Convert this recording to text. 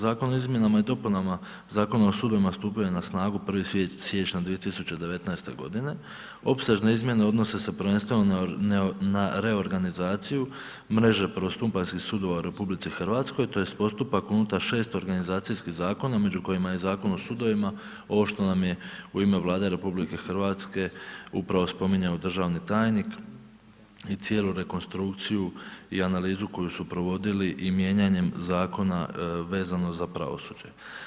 Zakon o izmjenama i dopunama Zakona o sudovima stupio je na snagu 1. siječnja 2019. g. Opsežne izmjene odnose se na reorganizaciju mreže prvostupanjskih sudova u RH, tj. postupak unutar 6 organizacijskih zakona, među kojima je Zakon o sudovima, ovo što nam je u ime Vlade RH upravo spominjao državni tajnik i cijelu rekonstrukciju i analizu koju su provodili i mijenjanjem zakona vezano za pravosuđe.